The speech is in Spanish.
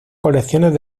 colecciones